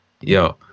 yo